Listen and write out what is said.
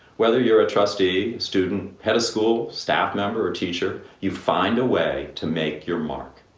whether you're a trustee, student, head of school, staff member or teacher, you find a way to make your mark.